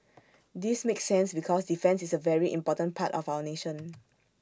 this makes sense because defence is A very important part of our nation